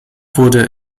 wurde